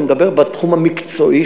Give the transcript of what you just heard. אני מדבר בתחום המקצועי,